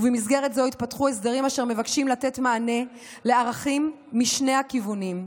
ובמסגרת זו התפתחו הסדרים אשר מבקשים לתת מענה לערכים משני הכיוונים.